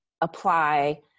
apply